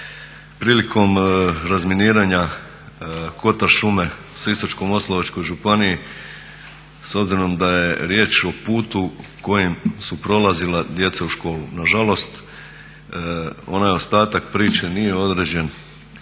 prilikom razminiranja kotar šume u Sisačko-moslavačkoj županiji s obzirom da je riječ o putu kojim su prolazila djeca u školu. Nažalost onaj ostatak priče nije odrađen